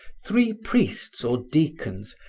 three priests or deacons,